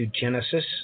Genesis